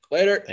Later